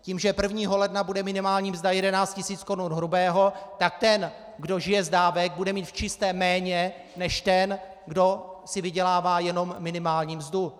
Tím, že 1. ledna bude minimální mzda 11 tisíc korun hrubého, tak ten, kdo žije z dávek, bude mít v čistém méně než ten, kdo si vydělává jenom minimální mzdu.